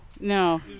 No